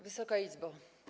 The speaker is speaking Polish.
Wysoka Izbo!